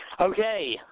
Okay